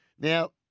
Now